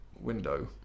window